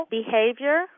behavior